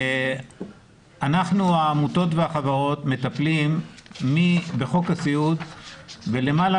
אנחנו העמותות והחברות מטפלות בחוק הסיעוד בלמעלה